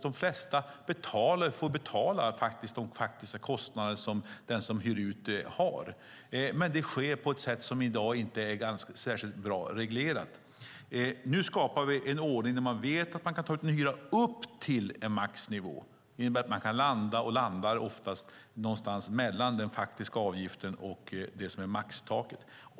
De flesta får betala de faktiska kostnader som den som hyr ut har, men det sker på ett sätt som i dag inte är särskilt bra reglerat. Nu skapar vi en ordning där man vet att man kan ta ut en hyra upp till en maxnivå. Det innebär att man oftast landar någonstans mellan den faktiska avgiften och det som är maxnivån.